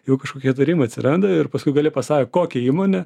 jau kažkokie įtarimai atsiranda ir paskui gale pasa kokia įmonė